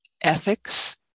ethics